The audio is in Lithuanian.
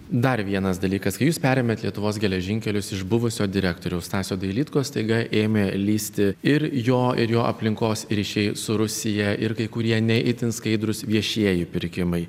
dar vienas dalykas kai jūs perėmėt lietuvos geležinkelius iš buvusio direktoriaus stasio dailydkos staiga ėmė lįsti ir jo ir jo aplinkos ryšiai su rusija ir kai kurie ne itin skaidrūs viešieji pirkimai